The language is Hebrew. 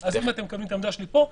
אז אם אתם מקבלים את העמדה שלי פה,